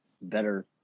better